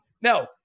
No